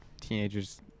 teenagers